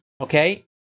okay